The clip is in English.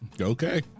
Okay